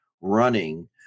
running